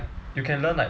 you can learn like